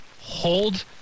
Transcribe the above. hold